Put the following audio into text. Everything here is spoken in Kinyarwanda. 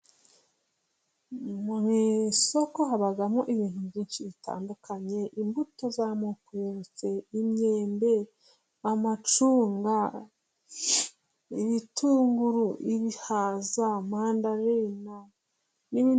Ku isoko habamo ibintu byinshi bitandukanye, imbuto z'amoko yose, imyembe amacunga, ibitunguru, ibihaza, mpandarena n'bindi.